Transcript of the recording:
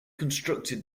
constructed